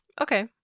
okay